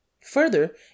Further